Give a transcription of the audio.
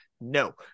no